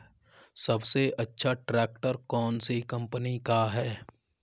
सबसे अच्छा ट्रैक्टर कौन सी कम्पनी का है?